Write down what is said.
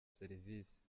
serivisi